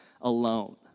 alone